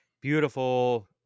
beautiful